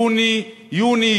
יולי,